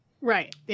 Right